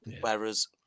whereas